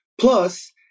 Plus